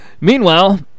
meanwhile